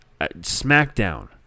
SmackDown